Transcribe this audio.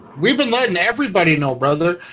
we've been letting everybody know brother